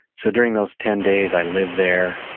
so during those ten days i live there,